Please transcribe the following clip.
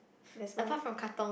there's one k~